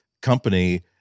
company